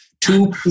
two